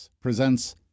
presents